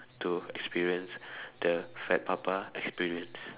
to experience the Fat Papa experience